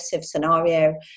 scenario